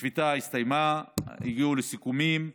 השביתה הסתיימה, הגיעו לסיכומים,